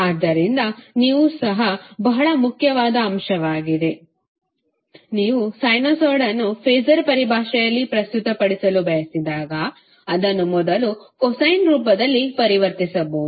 ಆದ್ದರಿಂದ ಇದು ಸಹ ಬಹಳ ಮುಖ್ಯವಾದ ಅಂಶವಾಗಿದೆ ಏಕೆಂದರೆ ನೀವು ಸೈನುಸಾಯ್ಡ್ ಅನ್ನು ಫಾಸರ್ ಪರಿಭಾಷೆಯಲ್ಲಿ ಪ್ರಸ್ತುತಪಡಿಸಲು ಬಯಸಿದಾಗ ಅದನ್ನು ಮೊದಲು ಕೊಸೈನ್ ರೂಪದಲ್ಲಿ ಪರಿವರ್ತಿಸಬೇಕು